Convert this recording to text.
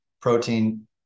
protein